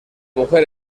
mujer